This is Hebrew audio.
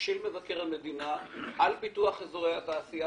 של מבקר המדינה על פיתוח אזורי התעשייה